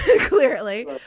clearly